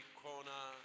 corner